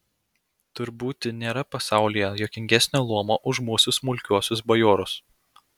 tur būti nėra pasaulyje juokingesnio luomo už mūsų smulkiuosius bajorus